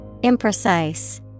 Imprecise